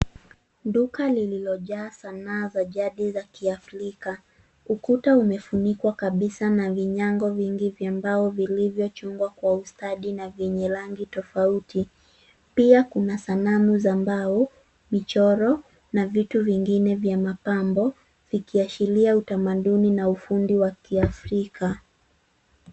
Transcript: Duka lililojaa sanaa za jadi za Kiafrika. Ukuta umefunikwa kabisa na vinyago vingi vya mbao vilivyochungwa kwa ustadi na vyenye rangi tofauti. Pia kuna sanamu za mbao, michoro na vitu vingine vya mapambo vikiashiria utamaduni na ufundi wa kiafrika.